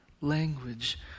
language